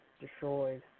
destroyed